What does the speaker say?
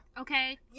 Okay